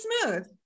smooth